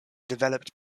developed